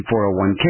401K